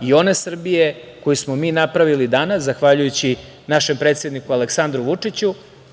i one Srbije koju smo mi napravili danas, zahvaljujući našem predsedniku Aleksandru Vučiću,